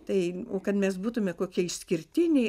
tai kad mes būtume kokie išskirtiniai